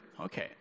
Okay